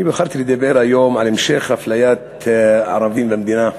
אני בחרתי לדבר היום על המשך אפליית ערבים במדינה.